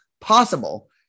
possible